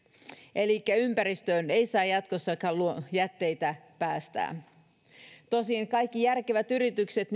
elikkä ympäristöön ei saa jatkossakaan jätteitä päästää tosin kyllähän kaikki järkevät yritykset